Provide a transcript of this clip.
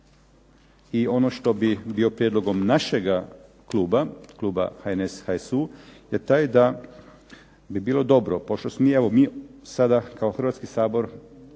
I ono što bi bio prijedlogom našega kluba, kluba HNS-HSU, je taj da bi bilo dobro pošto mi sada kao Hrvatski sabor